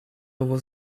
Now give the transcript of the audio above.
owo